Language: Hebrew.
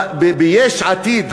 ביש עתיד,